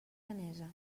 danesa